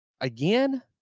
again